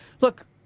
Look